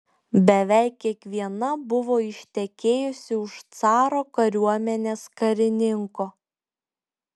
beveik kiekviena buvo ištekėjusi už caro kariuomenės karininko